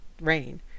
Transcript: rain